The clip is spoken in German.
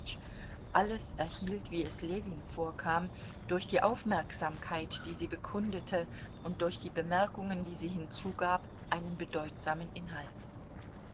alles erhielt wie es ljewin vorkam durch die aufmerksamkeit die sie bekundete und durch die bemerkungen die sie hinzugab einen bedeutsamen inhalt